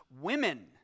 women